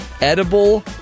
edible